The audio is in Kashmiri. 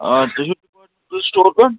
آ تُہۍ چھُو سِٹوکَن